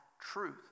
truth